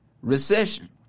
recession